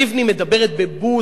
לבני מדברת בבוז,